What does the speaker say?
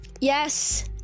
Yes